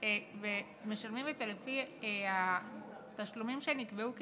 לפי התשלומים שנקבעו כסדרם,